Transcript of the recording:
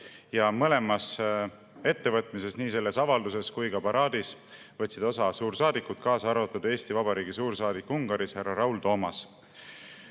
ja mõlemast ettevõtmisest, nii sellest avaldusest kui ka paraadist, võtsid osa suursaadikud, kaasa arvatud Eesti Vabariigi suursaadik Ungaris härra Raul Toomas.